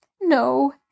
No